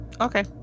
Okay